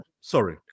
Sorry